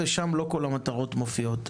ושם לא כל המטרות מופיעות.